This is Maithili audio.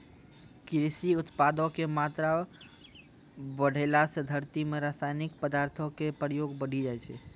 कृषि उत्पादो के मात्रा बढ़ैला से धरती मे रसायनिक पदार्थो के प्रयोग बढ़ि जाय छै